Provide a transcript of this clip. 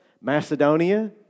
Macedonia